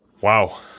Wow